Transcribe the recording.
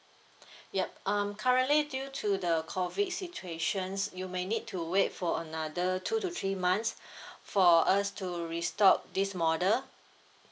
yup um currently due to the COVID situations you may need to wait for another two to three months for us to restock this model